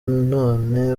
none